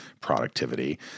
productivity